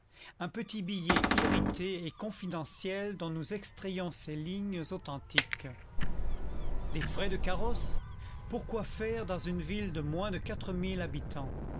un petit billet irrité et confidentiel dont nous extrayons ces lignes authentiques des frais de carrosse pourquoi faire dans une ville de moins de quatre mille habitants